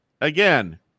again